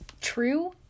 true